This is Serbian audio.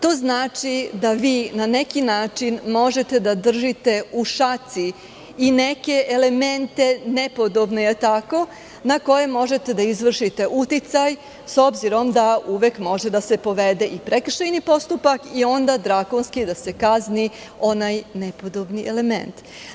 To znači, da vi na neki način možete da držite u šaci i neke elemente nepodobne, na koje možete da izvršite uticaj, s obzirom da uvek može da se povede i prekršajni postupak i onda drakonski da se kazni onaj nepodobni element.